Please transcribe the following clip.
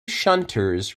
shunters